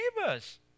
neighbors